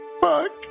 Fuck